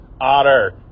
Otter